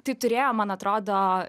tai turėjom man atrodo